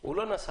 הוא לא נהג.